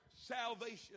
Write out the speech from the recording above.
salvation